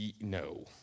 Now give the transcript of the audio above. No